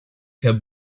herr